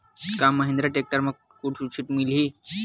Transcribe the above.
का महिंद्रा टेक्टर म कुछु छुट मिलही?